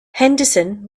henderson